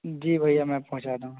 जी भैया मैं पहुंचा दूँगा